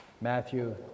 Matthew